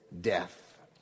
death